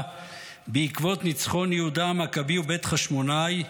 בעקבות ניצחון יהודה המכבי ובית חשמונאי.